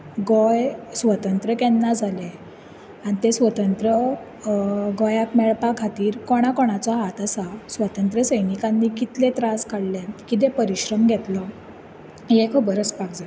गोंय स्वातंत्र केन्ना जालें आनी ते स्वतंत्र गोंयाक मेळपा खातीर कोणा कोणाचो हात आसा स्वतंत्र सैनिकानी कितलें त्रास काडले कितें परिश्रम घेतलो हे खबर आसपाक जाय